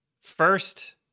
first